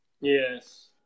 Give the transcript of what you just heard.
Yes